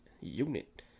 unit